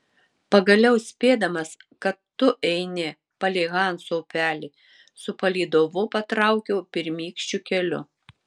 pagaliau spėdamas kad tu eini palei hanso upelį su palydovu patraukiau pirmykščiu keliu